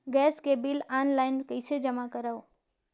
Gas के bill online कइसे जमा करव?